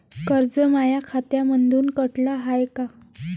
कर्ज माया खात्यामंधून कटलं हाय का?